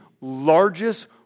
largest